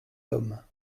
homme